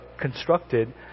constructed